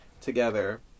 together